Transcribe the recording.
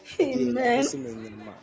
Amen